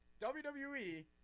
WWE